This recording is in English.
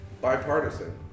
bipartisan